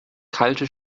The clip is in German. kalte